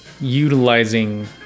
utilizing